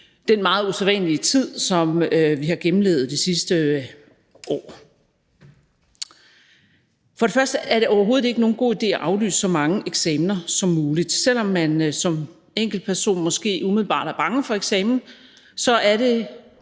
den meget usædvanlige tid, som vi har gennemlevet det sidste år. For det første er det overhovedet ikke nogen god idé at aflyse så mange eksamener som muligt. Selv om man som enkeltperson måske umiddelbart er bange for eksamen, er det